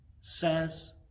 says